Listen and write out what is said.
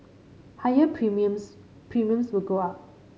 higher premiums premiums will go up